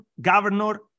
governor